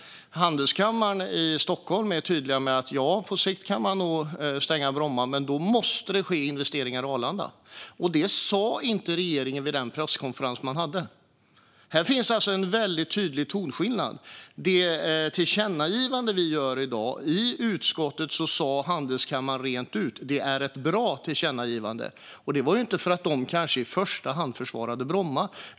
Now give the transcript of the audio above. Stockholms Handelskammare är tydlig med att man nog på sikt kan stänga Bromma. Men då måste det ske investeringar i Arlanda. Det sa inte regeringen vid den presskonferens man hade. Här finns alltså en väldigt tydlig tonskillnad. När det gäller det tillkännagivande vi gör i dag sa Handelskammaren i utskottet rent ut: Det är ett bra tillkännagivande. Det var inte för att de i första hand kanske försvarade Bromma.